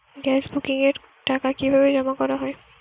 Gas বুকিংয়ের টাকা কিভাবে জমা করা হয়?